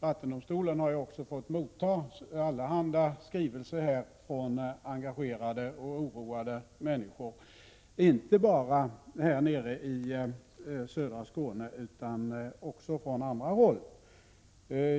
Vattendomstolen har också fått motta allehanda skrivelser från engagerade och oroade människor, inte bara i södra Skåne utan också på andra håll.